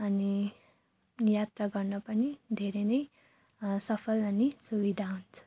अनि यात्रा गर्न पनि धेरै नै सफल अनि सुविधा हुन्छ